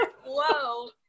Whoa